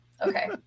Okay